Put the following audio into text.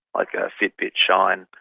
like ah fitbit, shine,